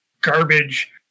garbage